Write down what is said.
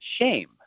shame